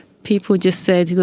people just said, you know